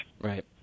Right